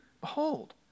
Behold